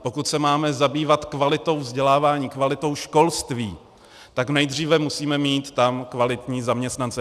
Pokud se máme zabývat kvalitou vzdělávání, kvalitou školství, tak tam nejdříve musíme mít kvalitní zaměstnance.